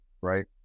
right